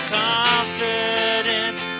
confidence